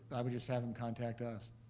i would just have them contact us.